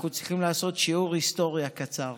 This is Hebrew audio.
אנחנו צריכים לעשות שיעור היסטוריה קצר.